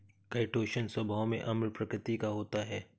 chitosan स्वभाव में अम्ल प्रकृति का होता है